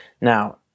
Now